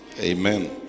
Amen